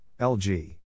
LG